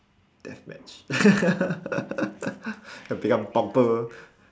death match become bumper